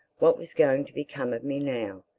what was going to become of me now,